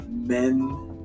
men